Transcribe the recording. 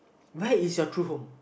where is your true home